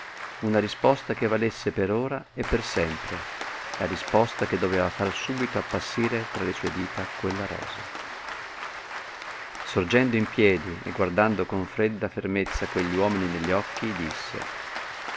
una risposta che valesse per ora e per sempre la risposta che doveva far subito appassire tra le sue dita quella rosa sorgendo in piedi e guardando con fredda fermezza quegli uomini negli occhi disse